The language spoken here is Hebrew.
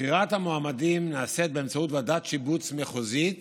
בחירת המועמדים נעשית באמצעות ועדת שיבוץ מחוזית